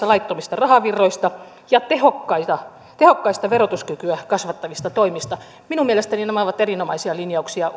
laittomista rahavirroista ja tehokkaista tehokkaista verotuskykyä kasvattavista toimista minun mielestäni nämä ovat erinomaisia linjauksia